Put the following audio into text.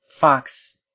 Fox